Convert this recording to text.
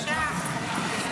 לא נתקבלה.